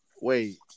Wait